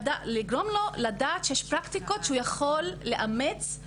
לגרום לו לדעת שיש פרקטיקות שהוא יכול לאמץ,